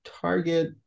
target